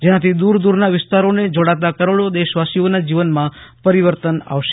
જેનાથી દૂર દૂરના વિસ્તારોને જોડાતા કરોડો દેશવાસીઓના જીવનમાં પરિવર્તન આવશે